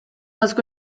asko